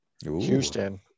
houston